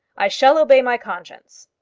i shall obey my conscience.